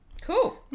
Cool